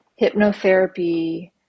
hypnotherapy